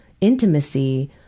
intimacy